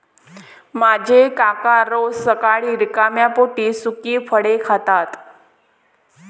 माझे काका रोज सकाळी रिकाम्या पोटी सुकी फळे खातात